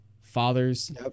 fathers